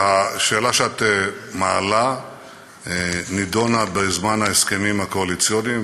השאלה שאת מעלה נדונה בזמן ההסכמים הקואליציוניים,